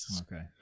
Okay